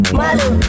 malu